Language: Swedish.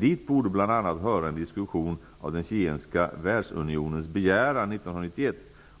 Dit borde bl.a. höra en diskussion av den zigenska världsunionens begäran 1991